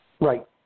Right